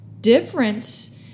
difference